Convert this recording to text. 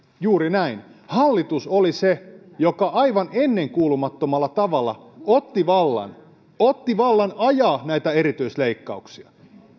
juuri näin hallitus oli se joka aivan ennenkuulumattomalla tavalla otti vallan otti vallan ajaa näitä erityisleikkauksia